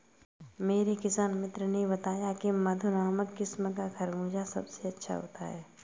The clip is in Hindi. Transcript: मेरे किसान मित्र ने बताया की मधु नामक किस्म का खरबूजा सबसे अच्छा होता है